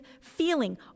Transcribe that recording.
feeling